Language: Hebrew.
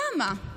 למה?